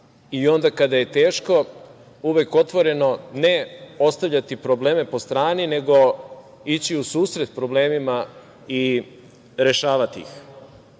i onda kada je teško uvek otvoreno ne ostavljati probleme po strani, nego ići u susret problemima i rešavati